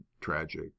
tragic